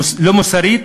לא מוסרית,